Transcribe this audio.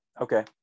Okay